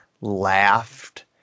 laughed